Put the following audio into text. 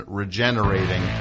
regenerating